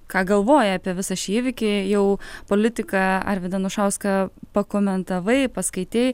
ką galvoja apie visą šį įvykį jau politiką arvydą anušauską pakomentavai paskaitei